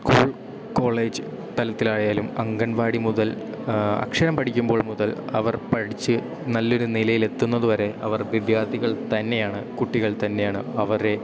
school college തലത്തിലായാലും അംഗനവാടി മുതൽ അക്ഷരം പഠിക്കുമ്പോൾ മുതൽ അവർ പഠിച്ച് നല്ലൊരു നിലയിലെത്തുന്നതു വരെ അവർ വിദ്യാർത്ഥികൾ തന്നെയാണ് കുട്ടികൾ തന്നെയാണ് അവരെ